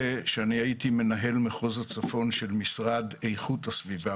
שהייתי מנהל מחוז הצפון של המשרד לאיכות הסביבה.